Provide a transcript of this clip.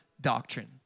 doctrine